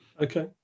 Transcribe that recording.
okay